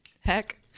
heck